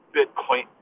Bitcoin